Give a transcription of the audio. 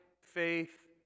faith